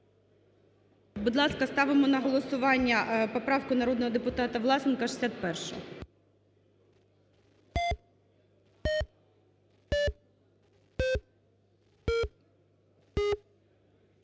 Будь ласка, ставимо на голосування поправку народного депутата Власенка 61.